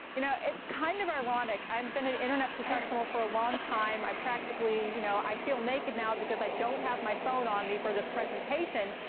you know, it's kind of ironic. i've been an internet professional for a long time. i practically you know, i feel naked now because i don't have my phone on me for this presentation.